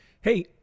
Hey